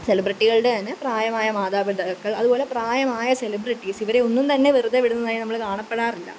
സെലിബ്രിറ്റികളുടെ തന്നെ പ്രായമായ മാതാപിതാക്കൾ അതുപോലെ പ്രായമായ സെലിബ്രിട്ടീസ് ഇവരെയൊന്നും തന്നെ വെറുതെ വിടുന്നതായി നമ്മൾ കാണപ്പെടാറില്ല